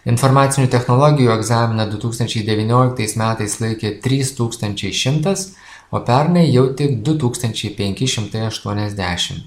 informacinių technologijų egzaminą du tūkstančiai devynioliktais metais laikė trys tūkstančiai šimtas o pernai jau tik du tūkstančiai penki šimtai aštuoniasdešim